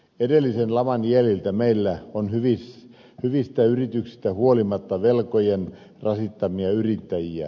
edellisen laman jäljiltä meillä on hyvistä yrityksistä huolimatta velkojen rasittamia yrittäjiä